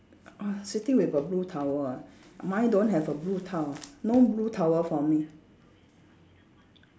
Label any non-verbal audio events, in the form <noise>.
uh sitting with a blue towel ah mine don't have a blue towel no blue towel for me <noise>